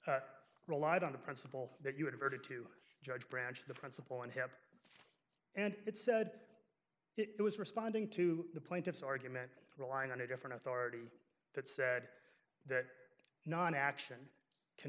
court relied on the principle that you were diverted to judge branch the principal and help and it said it was responding to the plaintiff's argument relying on a different authority that said that non action can